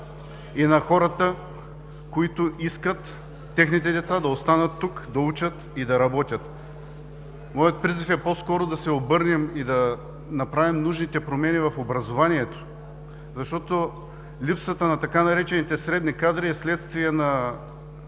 и на хората, които искат техните деца да останат тук, да учат и да работят. Моят призив е по-скоро да се обърнем и да направим нужните промени в образованието, защото липсата на така наречените „средни кадри“ е следствие на